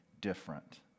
different